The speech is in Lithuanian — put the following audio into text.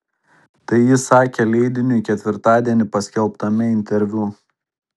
tai jis sakė leidiniui ketvirtadienį paskelbtame interviu